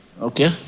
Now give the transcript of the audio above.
Okay